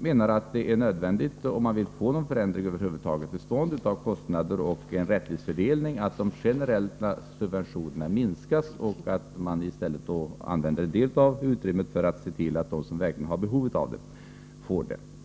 Vi menar att det är nödvändigt, om man över huvud taget vill få till stånd en förändring av kostnader och en rättvis fördelning, att de generella subventionerna minskas och att man i stället använder det utrymmet för att se till att de som verkligen har behov av subventioner får sådana.